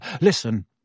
listen